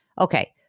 Okay